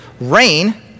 rain